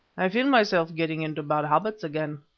i feel myself getting into bad habits again.